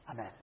Amen